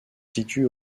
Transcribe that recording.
situe